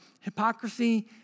hypocrisy